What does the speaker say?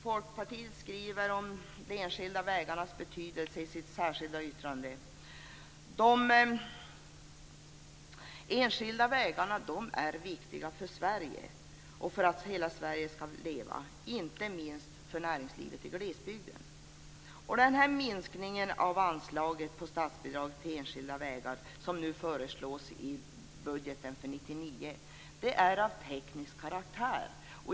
Folkpartiet skriver om de enskilda vägarnas betydelse i sitt särskilda yttrande. De enskilda vägarna är viktiga för att hela Sverige skall leva, och inte minst för att näringslivet skall kunna utvecklas i glesbygden. Minskningen av anslaget till statsbidrag för enskilda vägar, som regeringen nu föreslår för 1999 års budget, är av teknisk karaktär.